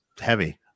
heavy